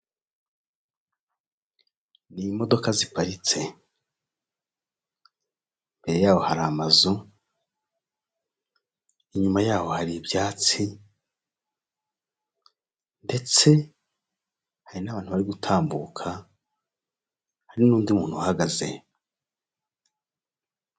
Ni imodoka ziparitse, imbere yaho hari amazu, inyuma yaho hari ibyatsi ndetse hari n'abantu bari gutambuka hari n'undi muntu uhagaze.